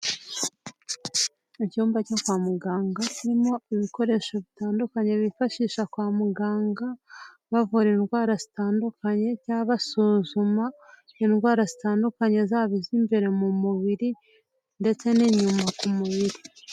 Icyumba cyo kwa muganga haririmo ibikoresho bitandukanye bifasha kwa muganga, bavura indwara zitandukanye cyangwa basuzuma indwara zitandukanye zaba iz'imbere mu mubiri ndetse n'inyuma mu biri.